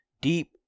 deep